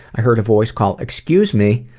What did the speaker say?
i heard a voice call, excuse me?